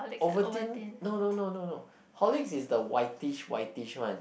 Ovaltine no no no no no Horlicks is the whitish whitish one